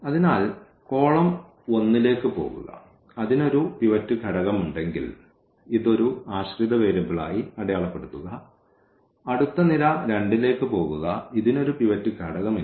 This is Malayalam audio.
അതിനാൽ കോളം 1 ലേക്ക് പോകുക അതിന് ഒരു പിവറ്റ് ഘടകമുണ്ടെങ്കിൽ ഇത് ഒരു ആശ്രിത വേരിയബിളായി അടയാളപ്പെടുത്തുക അടുത്ത നിര 2 ലേക്ക് പോകുക ഇതിന് ഒരു പിവറ്റ് ഘടകമില്ല